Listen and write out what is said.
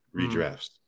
redrafts